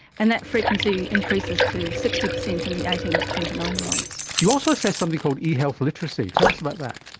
and that frequency increases to sixty percent in the eighteen to twenty nine year olds. you also assess something called e-health literacy. tell us about that.